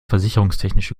versicherungstechnische